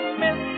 miss